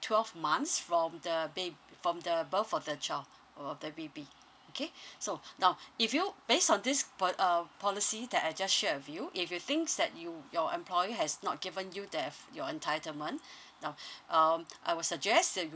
twelve months from the ba~ from the birth of the child uh the baby okay so now if you based on this po~ um policy that I just shared with you if you thinks that you your employer has not given you that your entitlement now um I would suggest that you